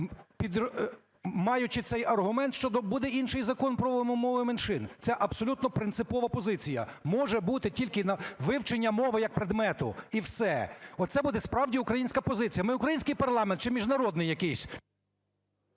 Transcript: маючи цей аргумент, що буде інший закон про мови меншин? Це абсолютно принципова позиція, може бути тільки вивчення мови як предмету і все. Оце буде справді українська позиція. Ми – український парламент чи міжнародний якийсь?